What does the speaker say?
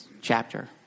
chapter